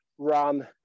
run